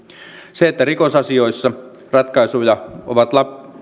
se että rikosasioissa ratkaisuja ovat